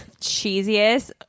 cheesiest